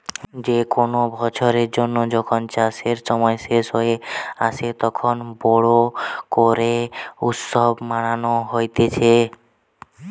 যে কোনো বছরের জন্য যখন চাষের সময় শেষ হয়ে আসে, তখন বোরো করে উৎসব মানানো হতিছে